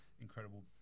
incredible